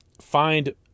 find